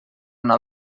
una